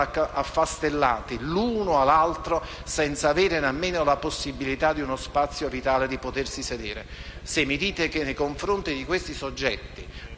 affastellate l'una all'altra, senza avere nemmeno la possibilità di uno spazio vitale e di potersi sedere. Se mi dite che, nei confronti di queste